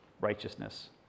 righteousness